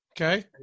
Okay